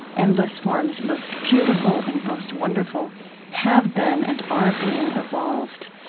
endless forms most beautiful and most wonderful have been and are being evolved.